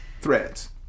Threats